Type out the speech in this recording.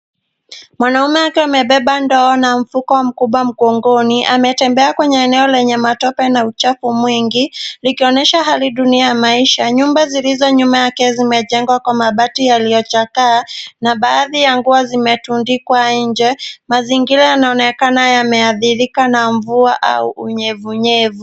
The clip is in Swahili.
Mwanaume akiwa amebeba ndoo na mfuko mkubwa mkongoni, ametembea kwenye eneo lenye matope na uchafu mwingi, likionyesha hali duni ya maisha. Nyumba zilizo nyuma yake zimejengwa kwa mabati yaliyochakaa na, baadhi ya nguo zimetundikwa nje. Mazingira yanaonekana yameathirika na mvua au unyevunyevu.